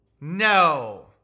No